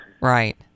Right